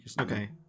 Okay